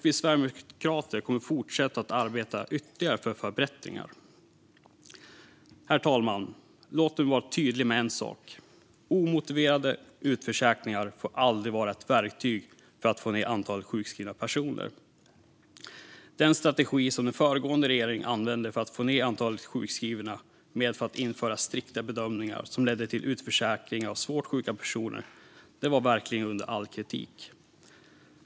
Vi sverigedemokrater kommer också att fortsätta arbeta för ytterligare förbättringar. Herr talman! Låt mig vara tydlig med en sak. Omotiverade utförsäkringar får aldrig vara ett verktyg för att få ned antalet sjukskrivna personer. Den strategi som den föregående regeringen använde för att få ned antalet sjukskrivna, genom att införa strikta bedömningar som ledde till utförsäkringar av svårt sjuka personer, var verkligen under all kritik.